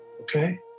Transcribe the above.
Okay